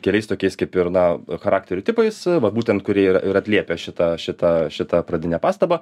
keliais tokiais kaip ir na charakterio tipais va būtent kurie ir ir atliepia šitą šitą šitą pradinę pastabą